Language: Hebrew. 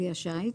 כלי השיט),